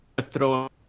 throw